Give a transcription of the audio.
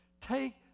take